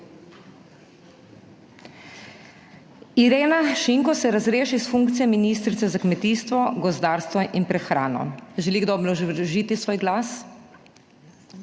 »Irena Šinko se razreši s funkcije ministrice za kmetijstvo, gozdarstvo in prehrano.« Želi kdo obrazložiti svoj glas?